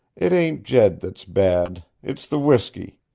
it ain't jed that's bad it's the whiskey.